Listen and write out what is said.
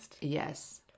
Yes